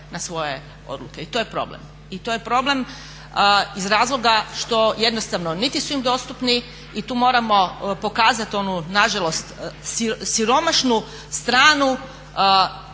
na svoje odluke i to je problem. I to je problem iz razloga što jednostavno niti su im dostupni i tu moramo pokazati onu, na žalost siromašnu stranu